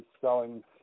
selling